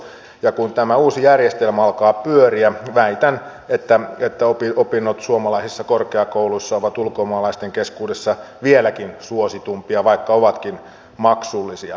ja kun tämä uusi järjestelmä alkaa pyöriä väitän että opinnot suomalaisissa korkeakouluissa ovat ulkomaalaisten keskuudessa vieläkin suositumpia vaikka ovatkin maksullisia